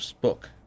book